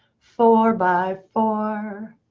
four by four.